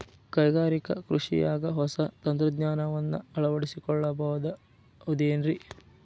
ಕೈಗಾರಿಕಾ ಕೃಷಿಯಾಗ ಹೊಸ ತಂತ್ರಜ್ಞಾನವನ್ನ ಅಳವಡಿಸಿಕೊಳ್ಳಬಹುದೇನ್ರೇ?